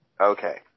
Okay